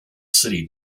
city